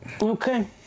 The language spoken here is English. Okay